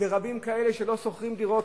ורבים כאלה שלא שוכרים דירות,